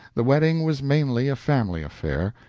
the wedding was mainly a family affair.